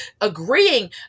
agreeing